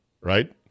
right